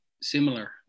similar